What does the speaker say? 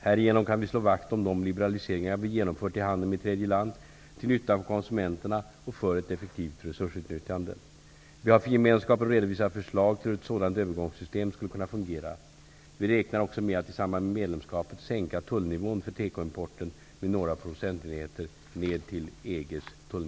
Härigenom kan vi slå vakt om de liberaliseringar vi genomfört i handeln med tredje land, till nytta för konsumenterna och för ett effektivt resursutnyttjande. Vi har för Gemenskapen redovisat förslag till hur ett sådant övergångssystem skulle kunna fungera. Vi räknar också med att i samband med medlemskapet sänka tullnivån för tekoimporten med några procentenheter ned till